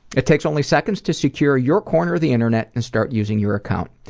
it takes only seconds to secure your corner of the internet and start using your account.